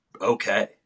okay